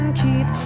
keep